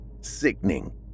sickening